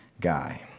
guy